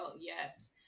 Yes